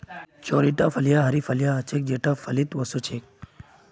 चौड़ीटा फलियाँ हरी फलियां ह छेक जेता फलीत वो स छेक